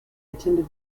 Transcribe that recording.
attended